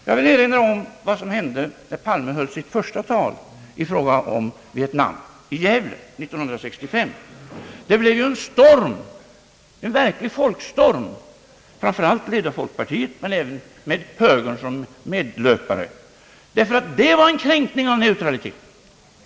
Jag vill erinra om vad som hände när statsrådet Palme höll sitt första tal om Vieinam i Gävle år 1965. Det blev en verklig folkstorm, ledd framför allt av folkpartiet men även med högern som medlöpare. Detta tal ansågs vara en kränkning av neutraliteten.